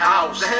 House